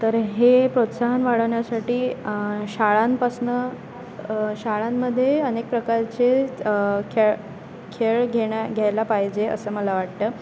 तर हे प्रोत्साहन वाढवण्यासाठी शाळांपासनं शाळांमध्ये अनेक प्रकारचे खेळ खेळ घेण्या घ्यायला पाहिजे असं मला वाटतं